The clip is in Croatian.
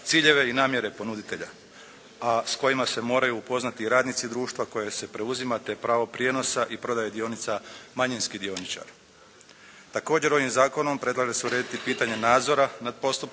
ciljeve i namjere ponuditelja, a s kojima se moraju upoznati radnici društva koje se preuzima te pravo prijenosa i prodaja dionica manjinskih dioničara. Također ovim zakonom predlaže se urediti pitanje nadzora nad postupkom